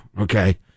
okay